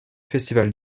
festival